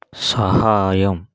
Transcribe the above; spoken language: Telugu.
సహాయం